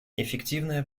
эффективное